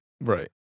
Right